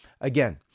Again